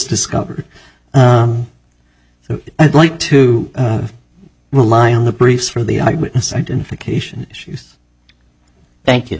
discovered so i'd like to rely on the briefs for the eyewitness identification issues thank you